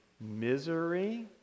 misery